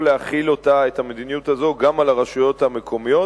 להחיל את המדיניות הזאת גם על הרשויות המקומיות.